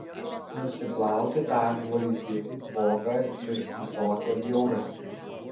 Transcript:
nusiplauti tą gvazdikų dvoką ir visokią bjaurastį